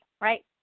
right